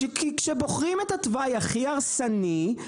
כי כשבוחרים את התוואי הכי הרסני,